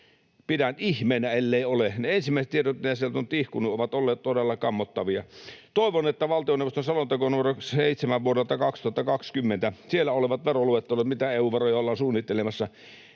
Pidän ihmeenä, elleivät ole, sillä ne ensimmäiset tiedot, mitä sieltä on tihkunut, ovat olleet todella kammottavia. Valtioneuvoston selonteossa numero 7 vuodelta 2020 on veroluettelot, mitä EU-veroja ollaan suunnittelemassa,